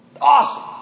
awesome